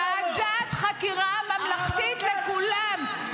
ועדת חקירה ממלכתית לכולם,